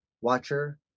watcher